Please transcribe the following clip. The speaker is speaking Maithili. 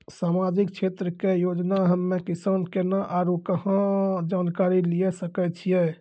समाजिक क्षेत्र के योजना हम्मे किसान केना आरू कहाँ जानकारी लिये सकय छियै?